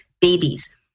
babies